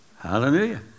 Hallelujah